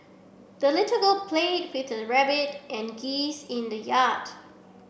the little girl played with her rabbit and geese in the yard